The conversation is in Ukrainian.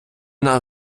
нас